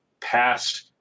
past